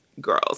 girls